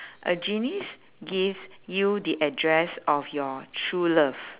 a genies gives you the address of your true love